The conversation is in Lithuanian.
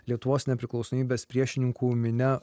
lietuvos nepriklausomybės priešininkų minia